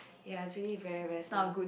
ya it's really very very tough